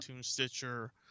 Stitcher